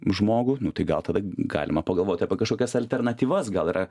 žmogų nu tai gal tada galima pagalvoti apie kažkokias alternatyvas gal yra